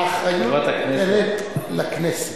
האחריות עוברת לכנסת.